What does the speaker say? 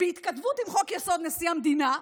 בהתכתבות עם חוק-יסוד: נשיא המדינה,